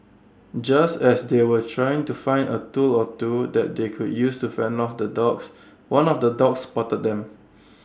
just as they were trying to find A tool or two that they could use to fend off the dogs one of the dogs spotted them